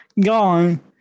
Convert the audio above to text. gone